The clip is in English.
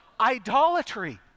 Idolatry